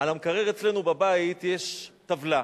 על המקרר אצלנו בבית יש טבלה,